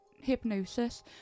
hypnosis